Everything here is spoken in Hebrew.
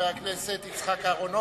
חבר הכנסת יצחק אהרונוביץ,